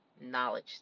knowledge